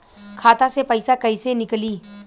खाता से पैसा कैसे नीकली?